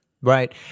Right